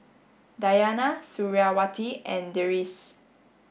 Dayana Suriawati and Deris